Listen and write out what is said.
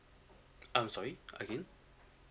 I'm sorry again